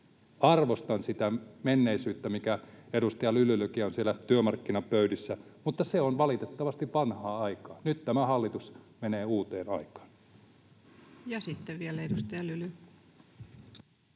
Arvostan sitä menneisyyttä, mikä edustaja Lylylläkin on siellä työmarkkinapöydissä, mutta se on valitettavasti vanhaa aikaa. Nyt tämä hallitus menee uuteen aikaan. [Speech 740]